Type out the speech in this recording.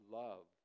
love